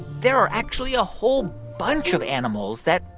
there are actually a whole bunch of animals that,